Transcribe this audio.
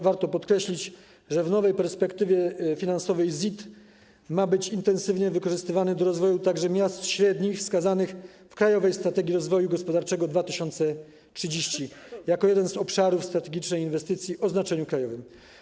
Warto podkreślić, że w nowej perspektywie finansowej ZIT ma być intensywnie wykorzystywany do rozwoju także miast średnich wskazanych w ˝Krajowej strategii rozwoju regionalnego 2030˝ jako jeden z obszarów strategicznej interwencji o znaczeniu krajowym.